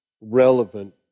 relevant